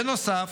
בנוסף,